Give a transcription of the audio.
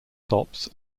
tops